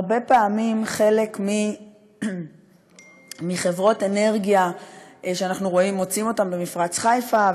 הרבה פעמים חלק מחברות אנרגיה שאנחנו מוצאים אותן במפרץ חיפה,